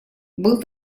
был